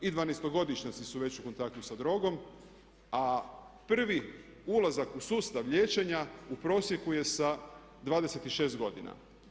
I dvanaestogodišnjaci su već u kontaktu sa drogom, a prvi ulazak u sustav liječenja u prosjeku je sa 26 godina.